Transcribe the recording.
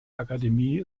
akademie